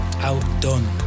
outdone